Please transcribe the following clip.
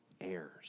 heirs